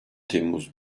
temmuz